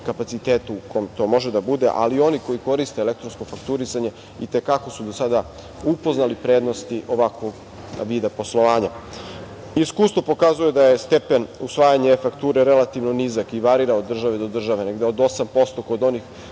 kapacitetu u kom to može da bude, ali oni koji koriste elektronsko fakturisanje i te kako su do sada upoznali prednosti ovakvog vida poslovanja. Iskustvo pokazuje da je stepen usvajanja e-fakture relativno nizak i varira od države do države, negde od 8% kod onih